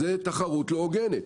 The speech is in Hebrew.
זו תחרות לא הוגנת.